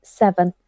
seven